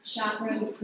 Chakra